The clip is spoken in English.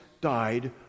died